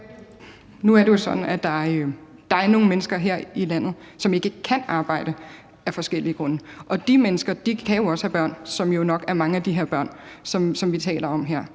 Nu er det sådan, at der er nogle mennesker her i landet, som ikke kan arbejde af forskellige grunde, og de mennesker kan jo også have børn, som nok er mange af de her børn, vi taler om her.